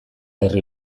herri